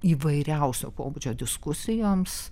įvairiausio pobūdžio diskusijoms